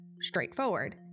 straightforward